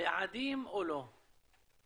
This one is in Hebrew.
ביעדים או לא.